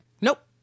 Nope